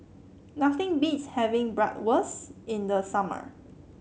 nothing beats having Bratwurst in the summer